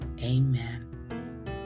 Amen